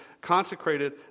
consecrated